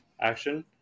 action